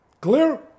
Clear